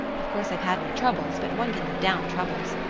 of course, i've had my troubles, but one can live down troubles.